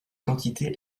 quantité